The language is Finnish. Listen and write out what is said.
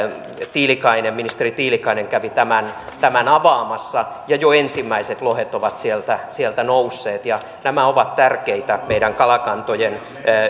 ministeri tiilikainen kävi tämän tämän avaamassa ja jo ensimmäiset lohet ovat sieltä sieltä nousseet nämä ovat tärkeitä meidän kalakantojen